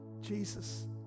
Jesus